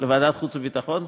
חוץ וביטחון.